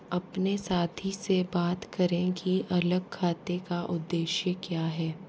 अपने साथी से बात करें कि अलग खाते का उद्देश्य क्या है